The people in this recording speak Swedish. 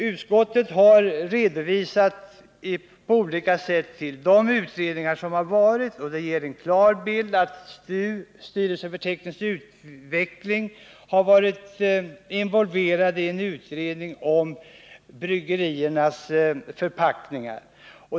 Utskottet har på olika sätt redovisat de utredningar som har företagits och ger en klar bild av att styrelsen för teknisk utveckling har varit involverad i en utredning om bryggeriernas förpackningar.